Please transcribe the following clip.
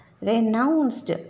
renounced